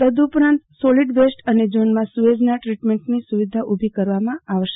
તદઉપરાંત solid waste અને ઝોનમાં સુચેઝના દ્રીટમેન્ટની સુવિધા ઉભી કરવામાં આવશે